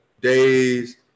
days